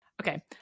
Okay